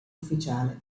ufficiale